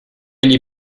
gli